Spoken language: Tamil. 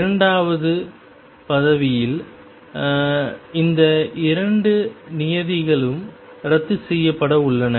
இரண்டாவது பதவியில் இந்த இரண்டு நியதிகளும் ரத்து செய்யப்பட உள்ளன